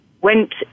went